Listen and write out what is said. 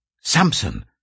Samson